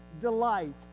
delight